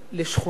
לשכונות